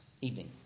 evening